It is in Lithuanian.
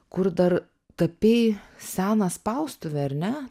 kur dar tapei seną spaustuvę ar ne